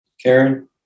Karen